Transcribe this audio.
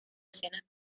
escenas